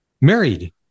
married